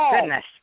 goodness